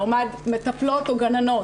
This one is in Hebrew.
לעומת מטפלות או גננות